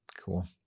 cool